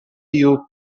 you